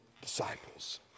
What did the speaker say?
disciples